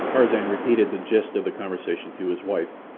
tarzan repeated the gist of the conversation to his wife.